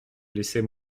laissez